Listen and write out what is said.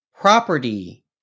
property